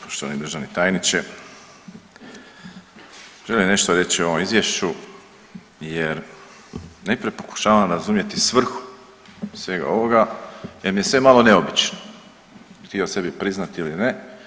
Poštovani državni tajniče, želim nešto reći o ovom izvješću jer najprije pokušavam razumjeti svrhu svega ovoga jer mi je sve malo neobično htio sebi priznat ili ne.